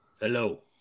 hello